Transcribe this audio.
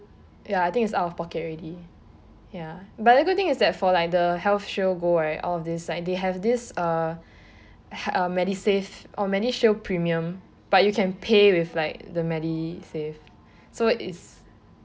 ya I think is out of pocket already ya but the good thing is that for like the health shield gold right all of these they have this uh medisave or medishield premium but you can pay with like the medisave so that is